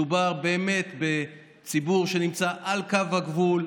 מדובר בציבור שנמצא על קו הגבול,